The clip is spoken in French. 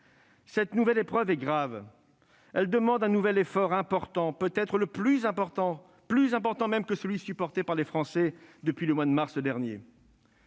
Cette nouvelle épreuve est grave. Elle demande un nouvel effort important, peut-être plus important même que celui qu'ont supporté les Français depuis le mois de mars dernier.